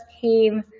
came